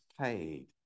paid